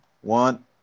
one